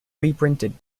reprinted